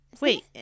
Wait